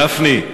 גפני,